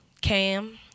Cam